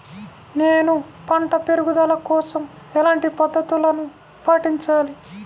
నేను పంట పెరుగుదల కోసం ఎలాంటి పద్దతులను పాటించాలి?